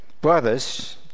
brothers